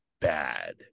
bad